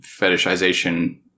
fetishization